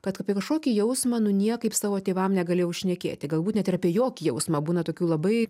kad apie kažkokį jausmą nu niekaip savo tėvam negalėjau šnekėti galbūt net ir apie jokį jausmą būna tokių labai